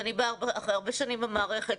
ואני אחרי שנים במערכת,